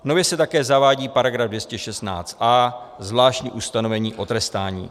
Nově se také zavádí § 216a, zvláštní ustanovení o trestání.